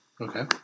Okay